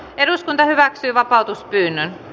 eduskunta hyväksyi vapautuspyynnön